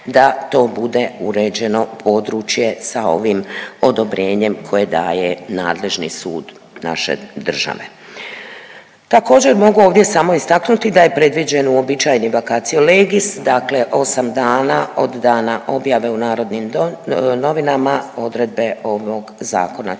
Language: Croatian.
da to bude uređeno područje sa ovim odobrenjem koje daje nadležni sud naše države. Također, mogu ovdje samo istaknuti da je predviđeni uobičajeni vacatio legis dakle 8 dana od dana objave u Narodnim novinama odredbe ovog zakona će